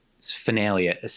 finale